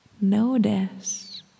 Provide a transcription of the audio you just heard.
Notice